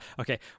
Okay